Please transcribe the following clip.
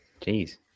Jeez